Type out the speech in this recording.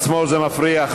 מפריע.